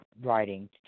writing